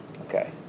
Okay